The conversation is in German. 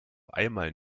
einmal